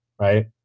right